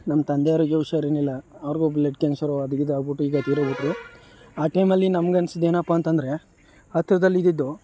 ನಮ್ಮ ತಂದೆಯವರಿಗೆ ಹುಷಾರಿರಲಿಲ್ಲ ಅವ್ರಿಗೂ ಬ್ಲಡ್ ಕ್ಯಾನ್ಸರು ಅದು ಇದಾಗಿಬಿಟ್ಟು ಈಗ ತೀರೋಗಿಬಿಟ್ರು ಆ ಟೈಮಲ್ಲಿ ನಮ್ಗೆ ಅನ್ನಿಸಿದ್ದೇನಪ್ಪಾ ಅಂತ ಅಂದ್ರೆ ಹತ್ತಿರದಲ್ಲಿದ್ದಿದ್ದು